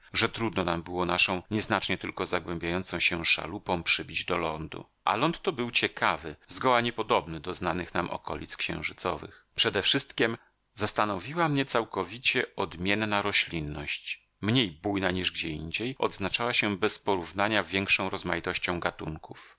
że trudno nam było naszą nieznacznie tylko zagłębiającą się szalupą przybić do lądu a ląd to był ciekawy zgoła niepodobny do znanych nam okolic księżycowych przedewszystkiem zastanowiła mnie całkowicie odmienna roślinność mniej bujna niż gdzieindziej odznaczała się bezporównania większą rozmaitością gatunków